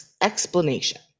explanation